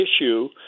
issue